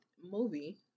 movie